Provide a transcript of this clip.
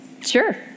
Sure